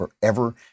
forever